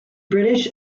british